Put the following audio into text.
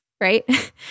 right